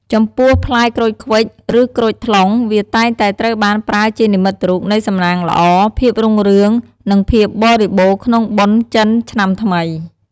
ចំពោះផ្លែក្រូចឃ្វិច ឬក្រូចថ្លុង វាតែងតែត្រូវបានប្រើជានិមិត្តរូបនៃសំណាងល្អ ភាពរុងរឿង និងភាពបរិបូរណ៍ក្នុងបុណ្យចិនឆ្នាំថ្មី។